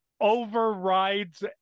Overrides